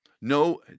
no